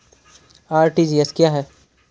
RTGS क्या है?